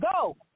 go